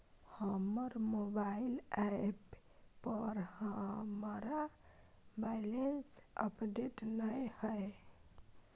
हमर mobile app पर हमरा बैलेंस अपडेट नय हय